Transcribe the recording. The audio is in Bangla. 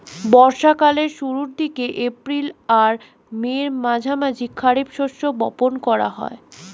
বর্ষা কালের শুরুর দিকে, এপ্রিল আর মের মাঝামাঝি খারিফ শস্য বপন করা হয়